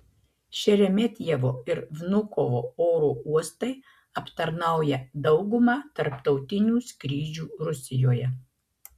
šeremetjevo ir vnukovo oro uostai aptarnauja daugumą tarptautinių skrydžių rusijoje